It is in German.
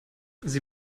sie